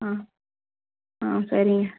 ஆ ஆ சரிங்க